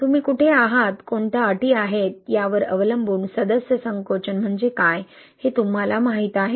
तुम्ही कुठे आहात कोणत्या अटी आहेत यावर अवलंबून सदस्य संकोचन म्हणजे काय हे तुम्हाला माहीत आहे